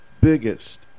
biggest